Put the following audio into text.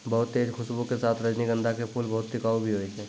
बहुत तेज खूशबू के साथॅ रजनीगंधा के फूल बहुत टिकाऊ भी हौय छै